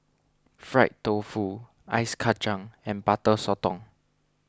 Fried Tofu Ice Kachang and Butter Sotong